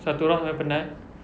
satu orang dah penat